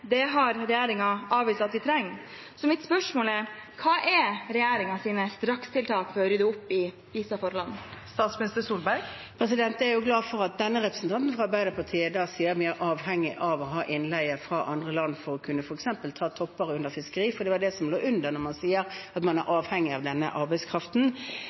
Det har regjeringen avvist at vi trenger. Mitt spørsmål er: Hva er regjeringens strakstiltak for å rydde opp i disse forholdene? Jeg er glad for at denne representanten fra Arbeiderpartiet sier at vi er avhengig av innleie fra andre land for å kunne f.eks. ta topper under fisket, for det er det som ligger under når man sier at man er avhengig av denne arbeidskraften.